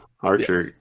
Archer